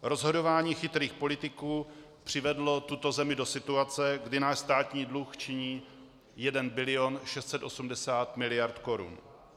Rozhodování chytrých politiků přivedlo tuto zemi do situace, kdy náš státní dluh činí 1 bilion 680 miliard korun.